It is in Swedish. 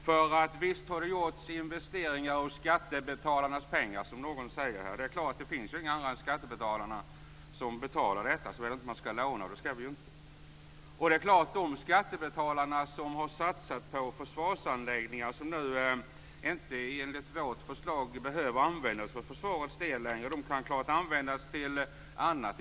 Visst har det gjorts investeringar med skattebetalarnas pengar, som någon säger. Det är klart eftersom det ju inte finns några andra än skattebetalarna som betalar detta, såvida vi inte ska låna och det ska vi ju inte. De skattemedel som har satsats på försvarsanläggningar som enligt vårt förslag inte längre behöver användas för försvarets del kan naturligtvis användas till annat.